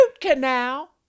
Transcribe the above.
canal